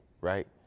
right